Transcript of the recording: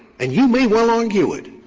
and you may well argue it.